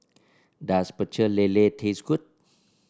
does Pecel Lele taste good